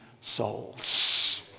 souls